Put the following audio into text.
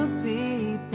people